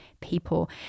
people